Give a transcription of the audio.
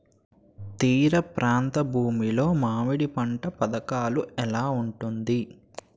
తీర ప్రాంత భూమి లో మామిడి పంట పథకాల ఎలా ఉంటుంది?